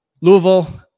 Louisville